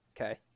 Okay